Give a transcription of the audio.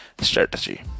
strategy